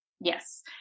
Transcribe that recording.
Yes